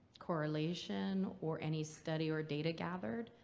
correlation or any study or data gathered.